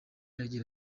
agira